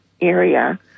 area